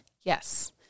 yes